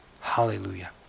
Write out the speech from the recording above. Hallelujah